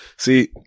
See